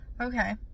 okay